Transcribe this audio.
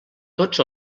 tots